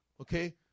okay